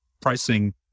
pricing